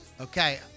Okay